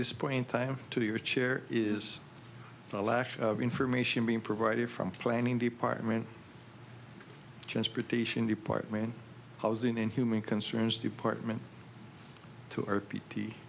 this point in time to your chair is a lack of information being provided from planning department transportation department of housing and human concerns department to earth p t